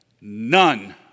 none